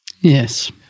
yes